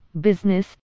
business